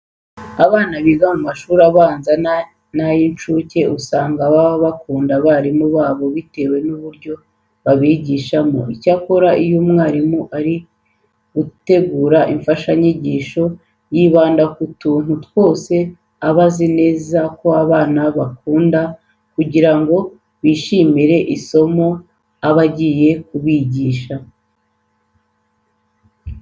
Abana biga mu mashuri abanza n'ay'incuke usanga baba bakunda abarimu babo bitewe n'uburyo babigishamo. Icyakora iyo umwarimu ari gutegura imfashanyigisho yibanda ku tuntu twose aba azi neza ko aba bana bakunda kugira ngo bishimire isomo aba agiye kubigisha.